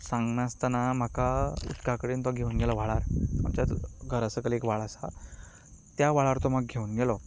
सांगनासतना म्हाका उदका कडेन तो घेवन गेलो व्हाळार आमच्याच घरा सकयल एक व्हाळ आसा त्या व्हाळार तो म्हाका घेवन गेलो